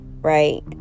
Right